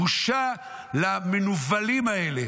בושה למנוולים האלה